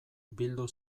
bildu